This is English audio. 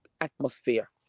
atmosphere